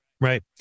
right